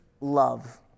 love